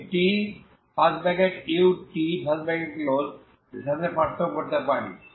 আমি t এর সাথে পার্থক্য করতে পারি